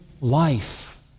life